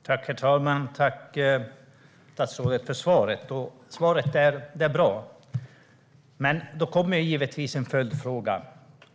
Herr talman! Tack, statsrådet, för svaret! Det är ett bra svar. Då kommer givetvis en följdfråga.